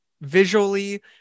visually